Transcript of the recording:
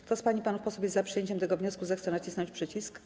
Kto z pań i panów posłów jest za przyjęciem tego wniosku, zechce nacisnąć przycisk.